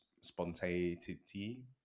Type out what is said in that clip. spontaneity